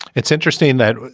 it's interesting that,